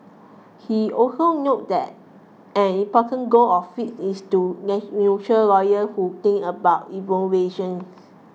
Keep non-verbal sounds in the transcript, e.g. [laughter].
he also noted that an important goal of flip is to [unintelligible] lawyer who think about innovation